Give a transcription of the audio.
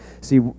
see